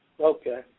Okay